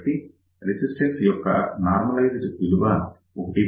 కాబట్టి రెసిస్టన్స్ యొక్క నార్మలైజ్డ్ విలువ 1